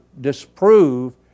disprove